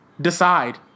decide